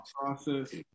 process